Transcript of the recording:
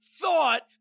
thought